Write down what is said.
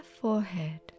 Forehead